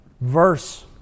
verse